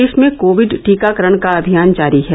प्रदेश में कोविड टीकाकरण का अभियान जारी है